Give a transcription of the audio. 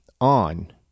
on